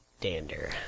dander